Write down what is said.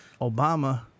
Obama